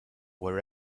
were